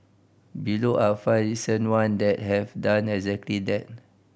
below are five recent one that have done exactly that